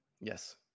Yes